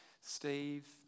Steve